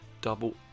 double